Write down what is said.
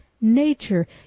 nature